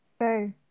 Okay